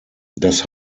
das